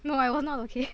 no I was not okay